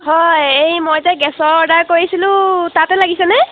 হয় এই মই যে গেছৰ অৰ্ডাৰ কৰিছিলোঁ তাতে লাগিছেনে